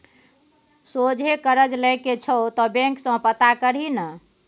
सोझे करज लए के छौ त बैंक सँ पता करही ने